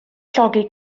llogi